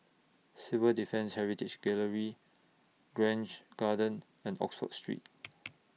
Civil Defence Heritage Gallery Grange Garden and Oxford Street